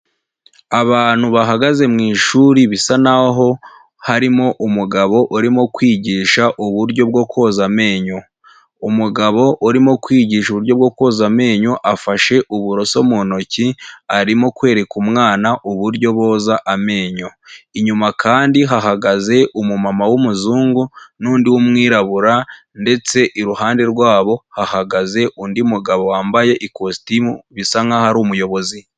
Abantu bahagaze mu ishuri bisa naho harimo umugabo urimo kwigisha uburyo bwo koza amenyo. Umugabo urimo kwigisha uburyo bwo koza amenyo afashe uburoso mu ntoki, arimo kwereka umwana uburyo boza amenyo. Inyuma kandi hahagaze umumama w'umuzungu n'undi w'umwirabura, ndetse iruhande rwabo hahagaze undi mugabo wambaye ikositimu bisa nkaho ari umuyobozi.